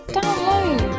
Download